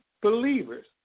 believers